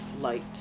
light